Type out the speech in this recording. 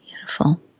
Beautiful